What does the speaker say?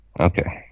Okay